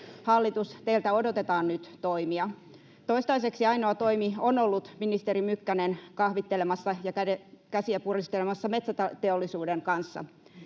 Hallitus, teiltä odotetaan nyt toimia. Toistaiseksi ainoa toimi on ollut ministeri Mykkänen kahvittelemassa ja käsiä puristelemassa metsäteollisuuden kanssa.